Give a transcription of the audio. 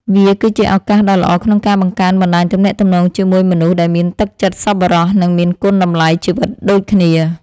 វាគឺជាឱកាសដ៏ល្អក្នុងការបង្កើនបណ្ដាញទំនាក់ទំនងជាមួយមនុស្សដែលមានទឹកចិត្តសប្បុរស និងមានគុណតម្លៃជីវិតដូចគ្នា។